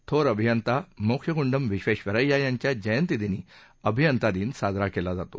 थोर अभियंता मोक्ष गुंडम् विखेधरय्या यांच्या जयंतीदिनी अभियंता दिन साजरा केला जातो